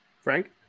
Frank